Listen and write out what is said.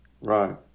right